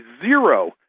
zero